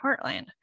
Heartland